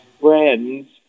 friends